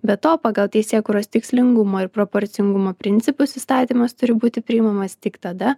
be to pagal teisėkūros tikslingumo ir proporcingumo principus įstatymas turi būti priimamas tik tada